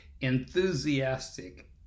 enthusiastic